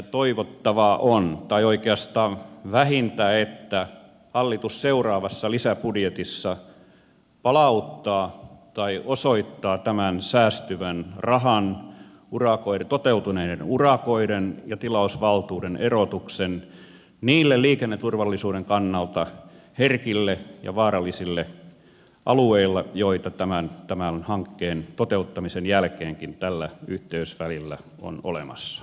vähintä on että hallitus seuraavassa lisäbudjetissa osoittaa tämän säästyvän rahan toteutuneiden urakoiden ja tilausvaltuuden erotuksen niille liikenneturvallisuuden kannalta herkille ja vaarallisille alueille joita tämän hankkeen toteuttamisen jälkeenkin tällä yhteysvälillä on olemassa